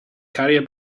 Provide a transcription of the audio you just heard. carrier